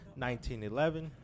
1911